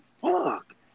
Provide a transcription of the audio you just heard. Fuck